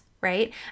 right